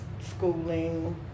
schooling